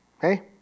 hey